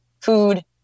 food